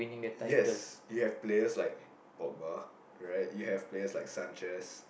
yes you have players like Pogba right you have players like Sanchez